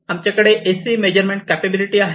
आमच्याकडे AC measurement capability आहे